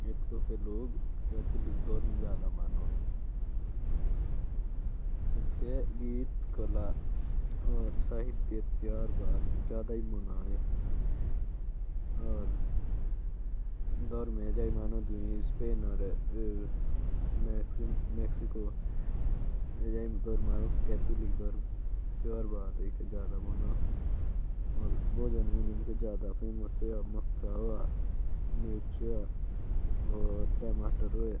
और यहां भी ज्यादा त्योहारो पे ज्यादा ध्यान देते ह ।